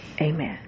Amen